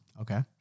Okay